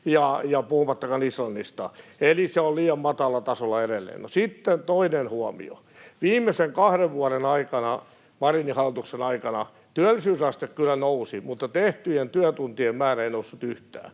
puhumattakaan Islannista. Eli se on liian matalalla tasolla edelleen. No sitten toinen huomio. Viimeisen kahden vuoden aikana, Marinin hallituksen aikana, työllisyysaste kyllä nousi, mutta tehtyjen työtuntien määrä ei noussut yhtään,